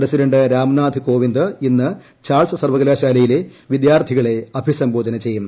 president Ramnath Kovind ഇന്ന് Charles സർവ്വകലാശാലയിലെ വിദ്യാർത്ഥികളെ അഭിസംബോധന ചെയ്യും